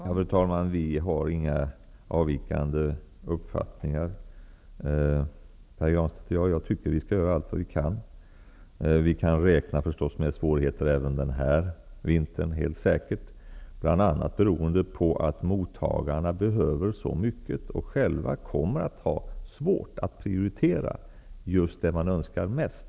Fru talman! Pär Granstedt och jag har inte avvikande uppfattningar. Jag tycker att vi skall göra allt vad vi kan. Vi kan helt säkert räkna med svårigheter denna vinter, bl.a. beroende på att mottagarna behöver så mycket och själva kommer att ha svårt att prioritera det de önskar mest.